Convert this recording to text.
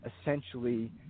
essentially